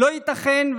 לא ייתכן,